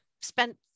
spent